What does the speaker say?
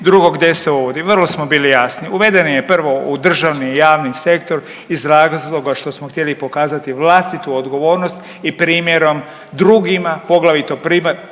Drugo, gdje se uvodi, vrlo smo bili jasni uveden je prvo u državni i javni sektor iz razloga što smo htjeli pokazati vlastitu odgovornost i primjerom drugima poglavito privatnom